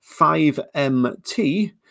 5MT